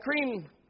cream